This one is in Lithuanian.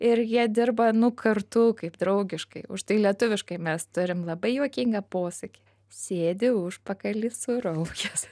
ir jie dirba nu kartu kaip draugiškai už tai lietuviškai mes turim labai juokingą posakį sėdi užpakalį suraukęs